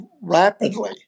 rapidly